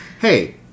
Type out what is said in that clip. Hey